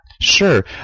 Sure